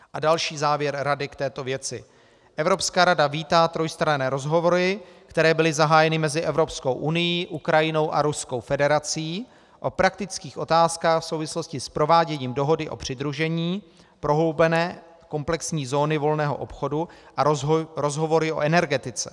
A další závěr Rady k této věci: Evropská rada vítá trojstranné rozhovory, které byly zahájeny mezi Evropskou unií, Ukrajinou a Ruskou federací o praktických otázkách v souvislosti s prováděním dohody o přidružení, prohloubené komplexní zóny volného obchodu a rozhovory o energetice.